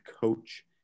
coach